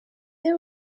they